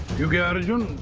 you. come. arjun!